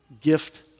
Gift